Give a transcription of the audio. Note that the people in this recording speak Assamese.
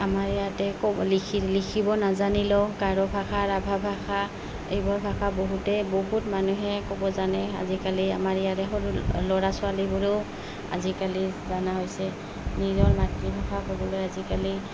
আমাৰ ইয়াতে ক'ব লিখি লিখিব নাজানিলেও গাৰো ভাষা ৰাভা ভাষা এইবোৰ ভাষা বহুতেই বহুত মানুহে ক'ব জানে আজিকালি আমাৰ ইয়াতে সৰু ল'ৰা ছোৱালীবোৰেও আজিকালি জানা হৈছে নিজৰ মাতৃভাষা ক'বলৈ আজিকালি